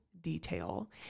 detail